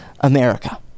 America